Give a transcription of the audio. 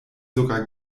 sogar